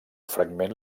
fragment